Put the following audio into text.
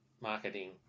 marketing